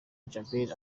djabel